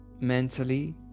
mentally